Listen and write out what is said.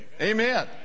Amen